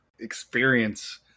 experience